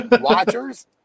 watchers